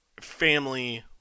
family